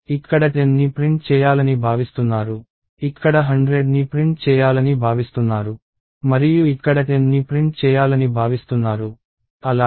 ఇక్కడ 10ని ప్రింట్ చేయాలని భావిస్తున్నారు ఇక్కడ 100ని ప్రింట్ చేయాలని భావిస్తున్నారు మరియు ఇక్కడ 10 ని ప్రింట్ చేయాలని భావిస్తున్నారు అలాగే